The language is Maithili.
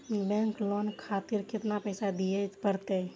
बैंक लोन खातीर केतना पैसा दीये परतें?